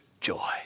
joy